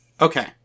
Okay